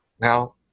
Now